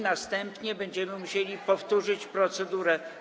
Następnie będziemy musieli powtórzyć procedurę.